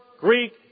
Greek